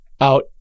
out